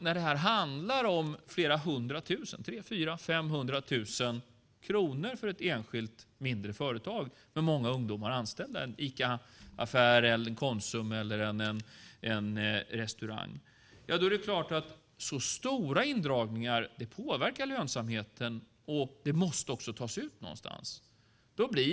När det handlar om flera hundra tusen, 300 000-500 000 kronor, i indragningar för ett enskilt mindre företag med många ungdomar anställda, en Ica eller Konsumaffär eller en restaurang, påverkas såklart lönsamheten, och det måste tas ut någonstans.